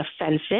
offensive